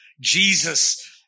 Jesus